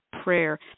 prayer